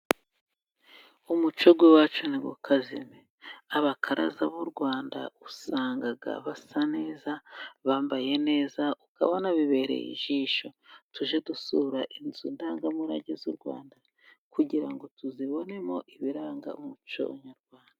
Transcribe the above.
Umuco w'iwacu ntukazime. Abakaraza b'u Rwanda usanga basa neza, bambaye neza. Ukabona bibereye ijisho. Tujye dusura inzu ndangamurage z'u Rwanda, kugira ngo tuzibonemo ibiranga umuco nyarwanda.